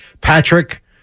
Patrick